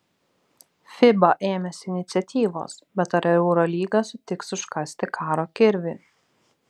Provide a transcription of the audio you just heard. fiba ėmėsi iniciatyvos bet ar eurolyga sutiks užkasti karo kirvį